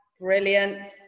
Brilliant